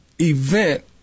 event